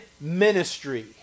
ministry